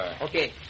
Okay